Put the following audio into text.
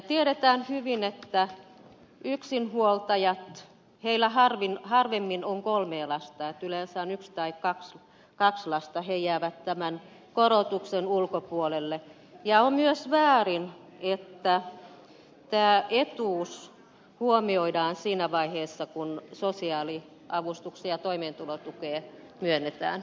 tiedetään hyvin että yksinhuoltajat heillä harvemmin on kolmea lasta yleensä on yksi tai kaksi lasta jäävät tämän korotuksen ulkopuolelle ja on myös väärin että tämä etuus huomioidaan siinä vaiheessa kun sosiaaliavustuksia ja toimeentulotukea myönnetään